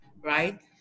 right